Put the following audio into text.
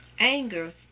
Anger